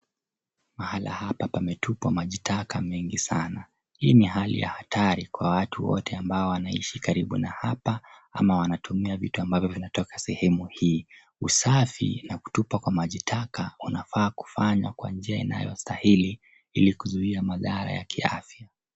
Mahali hapa pametupwa maji taka mingi sana. Hii ni hali ya hatari kwa watu wote ambao wanaishi karibu na hapa ama wanatumia vitu ambavyo vinatoka sehemu hii. Usafi na kutupa kwa maji taka unafaa kufanywa kwa njia inayostahili ilikuzuia mathara ya kiafya.